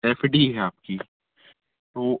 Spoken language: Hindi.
एफ डी है आपकी तो